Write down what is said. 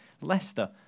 Leicester